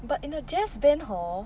but in a jazz band hor